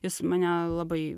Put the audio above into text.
jis mane labai